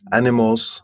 animals